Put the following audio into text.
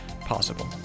possible